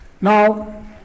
Now